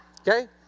Okay